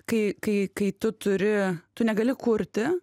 kai kai kai tu turi tu negali kurti